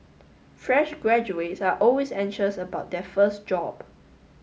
fresh graduates are always anxious about their first job